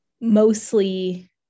mostly